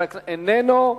איננו.